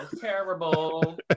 Terrible